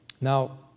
Now